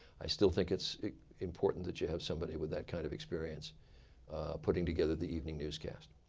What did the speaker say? i still think it's important that you have somebody with that kind of experience putting together the evening newscast.